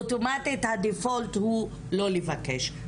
אוטומטית ברירת המחדל היא לא לבקש.